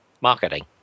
marketing